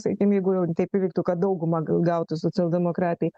sakykim jeigu jau taip įvyktų kad dauguma gautų socialdemokratai